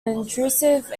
intrusive